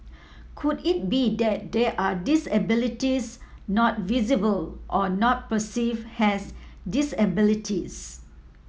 could it be that there are disabilities not visible or not perceive as disabilities